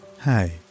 Hi